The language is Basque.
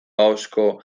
ahozko